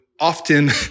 often